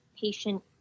patient